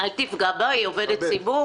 אל תפגע בה, היא עובדת ציבור.